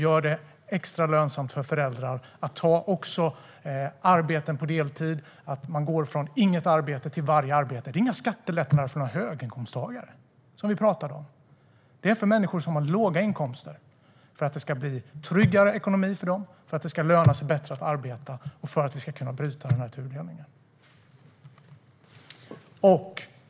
Gör det extra lönsamt för föräldrar att ta arbeten på deltid så att de kan gå från inget arbete till något arbete! Det är inte skattelättnader för höginkomsttagare vi talar om utan för människor med låga inkomster, för att det ska bli en tryggare ekonomi för dem, för att det ska löna sig bättre att arbeta och för att vi ska kunna bryta tudelningen.